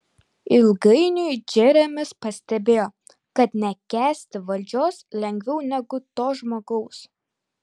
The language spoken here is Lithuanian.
ilgainiui džeremis pastebėjo kad nekęsti valdžios lengviau negu to žmogaus